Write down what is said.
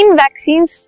vaccines